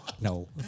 No